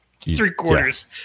Three-quarters